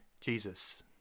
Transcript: Jesus